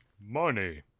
money